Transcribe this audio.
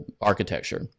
architecture